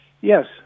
Yes